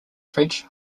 french